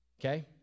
Okay